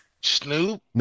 Snoop